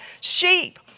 sheep